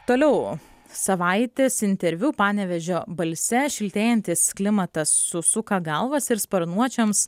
toliau savaitės interviu panevėžio balse šiltėjantis klimatas susuka galvas ir sparnuočiams